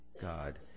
God